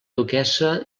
duquessa